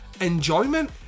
enjoyment